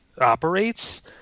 operates –